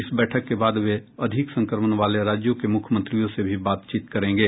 इस बैठक के बाद वे अधिक संक्रमण वाले राज्यों के मुख्यमंत्रियों से भी बातचीत करेंगे